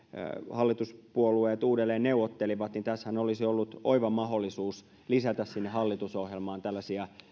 hallituspuolueet uudelleen neuvottelivat niin tässähän olisi ollut oiva mahdollisuus lisätä sinne hallitusohjelmaan tällaisia